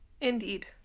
Indeed